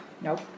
Nope